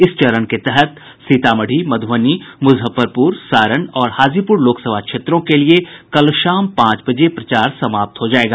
इस चरण के तहत सीतामढ़ी मध्रबनी मुजफ्फरपुर सारण और हाजीपुर लोकसभा क्षेत्रों के लिए कल शाम पांच बजे प्रचार समाप्त हो जायेगा